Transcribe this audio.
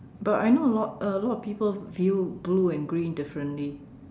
but I know a lot a lot of people view blue and green differently